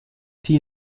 die